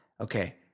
Okay